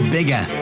Bigger